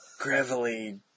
gravelly